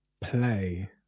Play